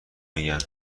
میگن